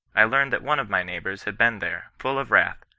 i learned that one of my neighbours had been there, full of wrath,